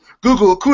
Google